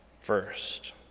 first